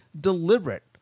deliberate